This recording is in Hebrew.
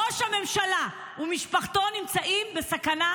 ראש הממשלה ומשפחתו נמצאים בסכנה.